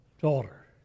daughter